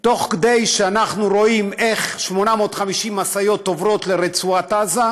תוך כדי שאנחנו רואים איך 850 משאיות עוברות לרצועת-עזה,